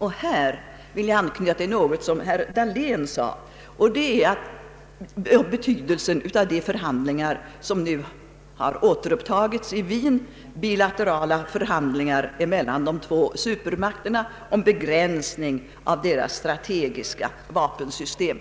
Jag vill då anknyta till vad herr Dahlén sade om betydelsen av de för handlingar som nu har återupptagits i Wien, bilaterala förhandlingar mellan de två supermakterna om begränsning av deras strategiska vapensystem.